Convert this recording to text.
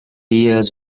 ears